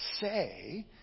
say